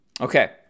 Okay